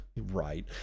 right